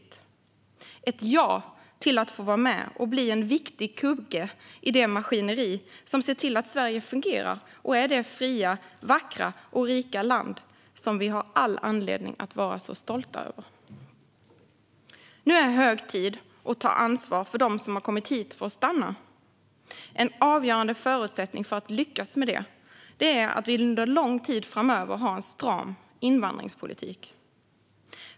Det är ett ja till att få vara med och bli en viktig kugge i det maskineri som ser till att Sverige fungerar och är det fria, vackra och rika land som vi har all anledning att vara stolta över. Nu är det hög tid att ta ansvar för dem som har kommit hit för att stanna. En avgörande förutsättning för att lyckas med det är att under lång tid framöver ha en stram invandringspolitik.